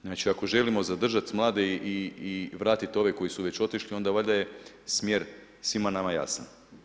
Znači ako želimo zadržat mlade i vratiti ove koji su već otišli, onda valjda je smjer svima nama jasan.